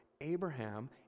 Abraham